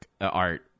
art